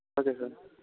okay sir